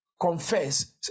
confess